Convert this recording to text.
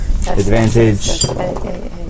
Advantage